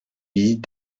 visite